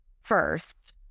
first